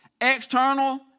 external